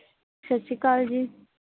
ਸਤਿ ਸ਼੍ਰੀ ਅਕਾਲ ਜੀ